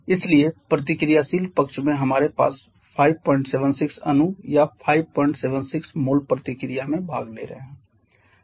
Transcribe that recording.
इसलिए प्रतिक्रियाशील पक्ष में हमारे पास 576 अणु या 576 मोल प्रतिक्रिया में भाग ले रहे हैं